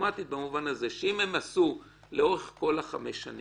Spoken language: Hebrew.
אוטומטית במובן הזה שאם הם עשו לאורך כל חמש השנים